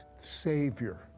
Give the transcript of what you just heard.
Savior